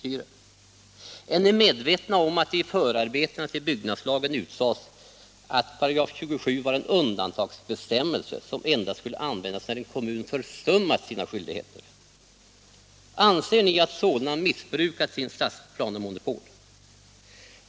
Är ni medvetna om att det i förarbetena till byggnadslagen utsades att 27 § var en undantagsbestämmelse som endast skulle användas när en kommun försummat sina skyldigheter? Anser ni att Solna missbrukat sitt stadsplanemonopol?